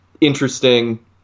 Interesting